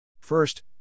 First